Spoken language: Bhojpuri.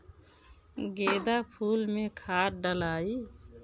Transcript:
गेंदा फुल मे खाद डालाई?